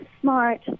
smart